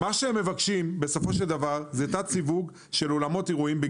הם מבקשים תת-סיווג של אולמות אירועים.